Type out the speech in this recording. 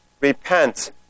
repent